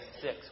six